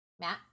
Matt